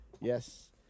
yes